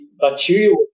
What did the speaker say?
bacteria